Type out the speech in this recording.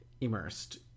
immersed